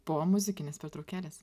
po muzikinės pertraukėlės